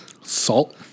salt